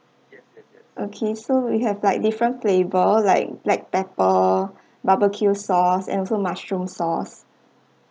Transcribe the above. okay so we have like different flavour like black pepper barbecue sauce and also mushroom sauce